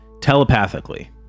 telepathically